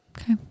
Okay